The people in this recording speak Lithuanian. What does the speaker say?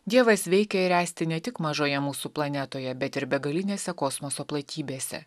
dievas veikia ir esti ne tik mažoje mūsų planetoje bet ir begalinėse kosmoso platybėse